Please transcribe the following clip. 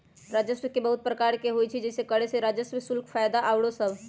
राजस्व के बहुते प्रकार होइ छइ जइसे करें राजस्व, शुल्क, फयदा आउरो सभ